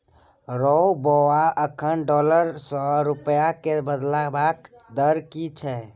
रौ बौआ अखन डॉलर सँ रूपिया केँ बदलबाक दर की छै?